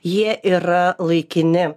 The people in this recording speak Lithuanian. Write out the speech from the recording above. jie yra laikini